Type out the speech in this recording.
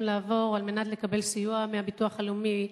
לעבור כדי לקבל סיוע מהביטוח הלאומי,